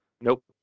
Nope